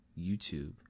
YouTube